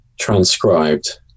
transcribed